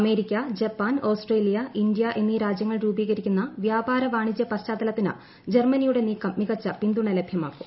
America Japan Australia India എന്നീ രാജ്യങ്ങൾ രൂപീകരിക്കുന്ന വ്യാപാര വാണിജ്യ പശ്ചാത്തല ത്തിന് ജർമ്മനിയുടെ നീക്കം മികച്ച പിന്തുണ ലഭ്യമാക്കും